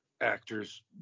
actors